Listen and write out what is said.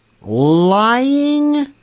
lying